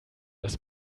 das